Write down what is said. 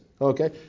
okay